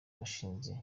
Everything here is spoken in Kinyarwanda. washinze